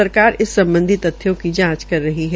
सरकार इस सम्बधी तथ्यों की जांच कर रही है